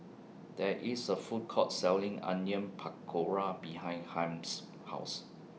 There IS A Food Court Selling Onion Pakora behind Harm's House